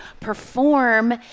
perform